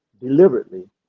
deliberately